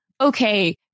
okay